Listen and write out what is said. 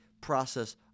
process